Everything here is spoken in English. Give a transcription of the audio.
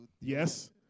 yes